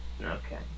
okay